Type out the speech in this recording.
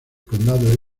condado